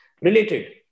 related